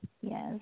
yes